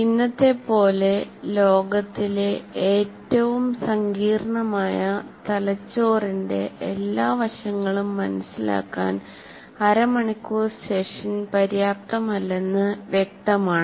ഇന്നത്തെപ്പോലെ ലോകത്തിലെ ഏറ്റവും സങ്കീർണ്ണമായ തലച്ചോറിന്റെ എല്ലാ വശങ്ങളും മനസിലാക്കാൻ അര മണിക്കൂർ സെഷൻ പര്യാപ്തമല്ലെന്ന് വ്യക്തമാണ്